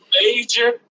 major